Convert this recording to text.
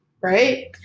right